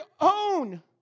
own